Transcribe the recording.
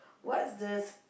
what's the s~